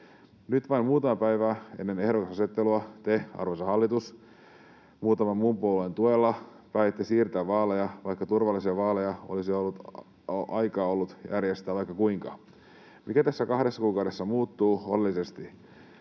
Nyt vain muutamaa päivää ennen ehdokasasettelua te, arvoisa hallitus, muutaman muun puolueen tuella päätitte siirtää vaaleja, vaikka turvalliset vaalit olisi ollut aikaa järjestää vaikka kuinka. Mikä tässä kahdessa kuukaudessa muuttuu oleellisesti?